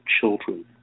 Children